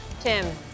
Tim